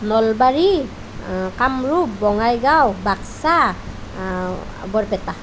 Nalbari Kamrup Bongaigaon Baksa Barpeta